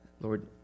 Lord